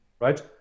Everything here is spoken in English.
right